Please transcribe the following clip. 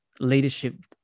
leadership